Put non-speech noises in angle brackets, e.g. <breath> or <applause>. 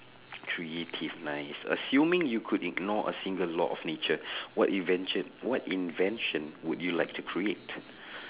creative nice assuming you could ignore a single law of nature <breath> what invention what invention would you like to create